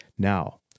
Now